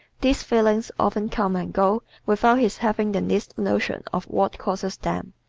these feelings often come and go without his having the least notion of what causes them.